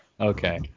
okay